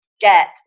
get